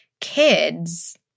kids